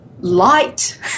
light